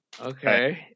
Okay